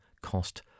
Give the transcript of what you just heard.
cost